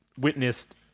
witnessed